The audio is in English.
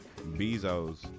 Bezos